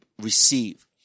receive